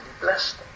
blessed